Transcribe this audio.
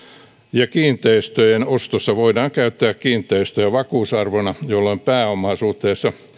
ja kiinteistöjen ostossa voidaan käyttää kiinteistöjä vakuusarvona jolloin pääomaa suhteessa